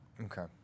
Okay